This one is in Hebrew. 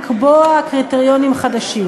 לקבוע קריטריונים חדשים.